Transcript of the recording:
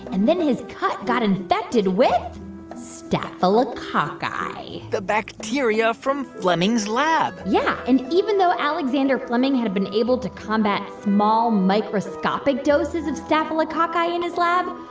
and then his cut got infected with staphylococci the bacteria from fleming's lab yeah. and even though alexander fleming had been able to combat small, microscopic doses of staphylococci in his lab,